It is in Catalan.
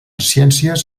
ciències